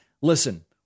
listen